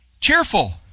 Cheerful